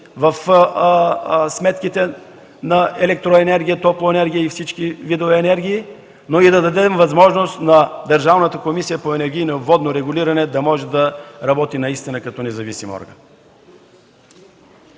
в сметките на електроенергия, топлоенергия, всички видове енергии, но и да дадем възможност на Държавната комисия по енергийно и водно регулиране да може да работи наистина като независим орган.